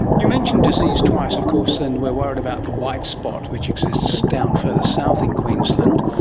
you mentioned disease twice of course and we are worried about the white spot which exists down further south in queensland.